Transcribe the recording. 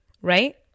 right